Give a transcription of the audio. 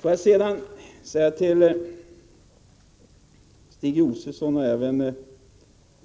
Får jag sedan vända mig till Stig Josefson och även till